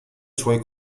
suoi